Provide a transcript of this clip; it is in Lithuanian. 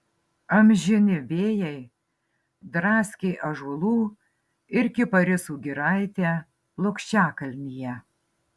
amžini vėjai draskė ąžuolų ir kiparisų giraitę plokščiakalnyje